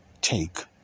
take